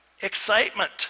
excitement